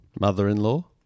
Mother-in-law